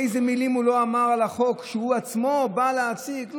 איזה מילים הוא לא אמר על החוק שהוא עצמו בא להציג.